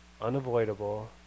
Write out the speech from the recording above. unavoidable